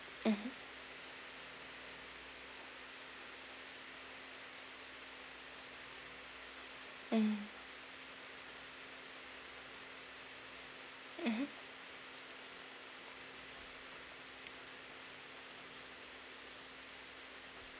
mmhmm mm mmhmm